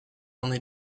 only